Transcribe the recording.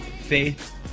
faith